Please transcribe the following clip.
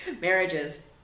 marriages